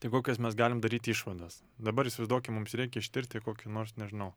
tai kokias mes galim daryti išvadas dabar įsivaizduokim mums reikia ištirti kokį nors nežinau